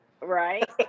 Right